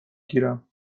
گیرم